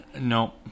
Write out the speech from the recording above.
No